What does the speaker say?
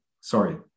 sorry